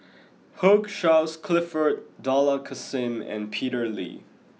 Hugh Charles Clifford Dollah Kassim and Peter Lee